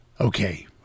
okay